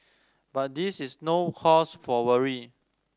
but this is no cause for worry